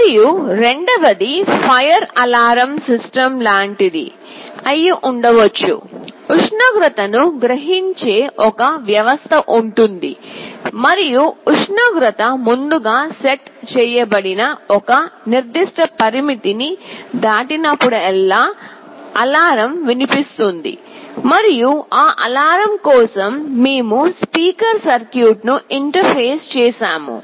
మరియు రెండవది fire alarm system లాంటిది అయి ఉండవచ్చు ఉష్ణోగ్రతను గ్రహించే ఒక వ్యవస్థ ఉంటుంది మరియు ఉష్ణోగ్రత ముందుగా సెట్ చేయబడిన ఒక నిర్దిష్ట పరిమితిని దాటినప్పుడల్లా అలారం వినిపిస్తుంది మరియు ఆ అలారం కోసం మేము స్పీకర్ సర్క్యూట్ను ఇంటర్ఫేస్ చేసాము